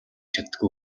чаддаггүй